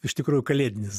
iš tikrųjų kalėdinis